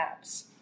apps